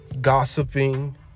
gossiping